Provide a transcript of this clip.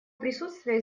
присутствие